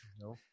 No